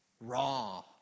raw